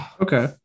okay